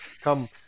come